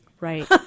Right